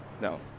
No